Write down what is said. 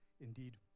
indeed